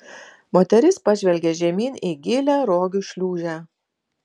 moteris pažvelgė žemyn į gilią rogių šliūžę